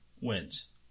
wins